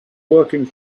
working